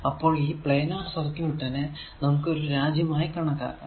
അപ്പോൾ ഈ പ്ലാനാർ സർക്യൂട്ടിനെ നമുക്ക് ഒരു രാജ്യമായി കണക്കാക്കാം